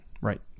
Right